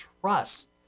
trust